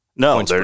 No